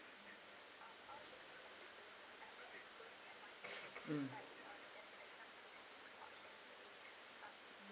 mm